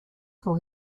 for